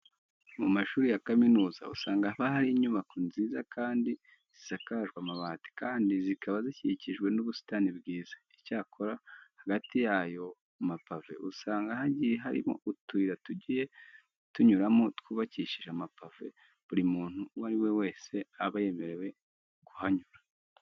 Mu mashuri ya kaminuza usanga haba hari inyubako nziza kandi zisakajwe amabati kandi zikaba zikikijwe n'ubusitani bwiza. Icyakora, hagati yayo mapave, usanga hagiye harimo utuyira tugiye tunyuramo twubakishije amapave buri muntu uwo ari we wese aba yemerewe kuhanyura.